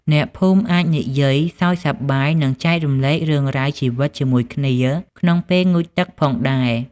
អ្នកភូមិអាចនិយាយ សើចសប្បាយ និងចែករំលែករឿងរ៉ាវជីវិតជាមួយគ្នាក្នុងពេលងូតទឹកផងដែរ។